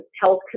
health